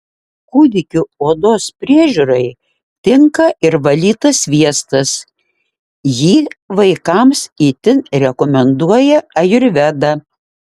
kūdikių odos priežiūrai tinka ir valytas sviestas jį vaikams itin rekomenduoja ajurveda